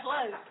close